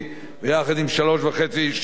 יחד עם שלוש שנים וחצי קודם,